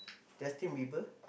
Justin-Bieber